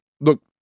look